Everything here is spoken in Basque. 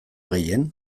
gehien